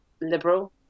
liberal